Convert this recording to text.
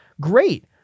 Great